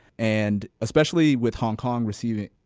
and especially with hong kong receiving,